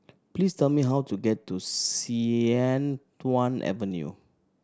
please tell me how to get to Sian Tuan Avenue